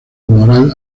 moral